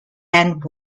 and